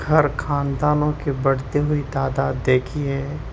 گھر خاندانوں کے بڑھتی ہوئی تعداد دیکھی ہے